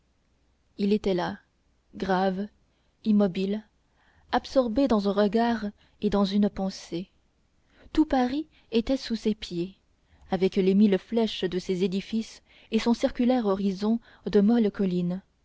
il était là grave immobile absorbé dans un regard et dans une pensée tout paris était sous ses pieds avec les mille flèches de ses édifices et son circulaire horizon de molles collines